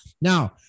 Now